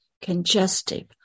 congestive